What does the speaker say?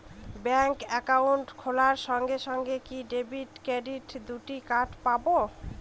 Bank account খোলার সঙ্গে সঙ্গে কি ডেবিট ক্রেডিট দুটো কার্ড পাবো?